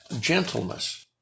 gentleness